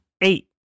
Eight